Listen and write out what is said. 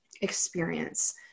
experience